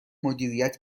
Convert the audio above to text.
مدیریت